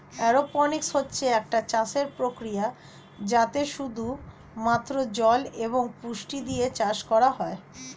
aeroponics হচ্ছে একটা চাষের প্রক্রিয়া যাতে শুধু মাত্র জল এবং পুষ্টি দিয়ে চাষ করা হয়